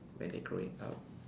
when they growing up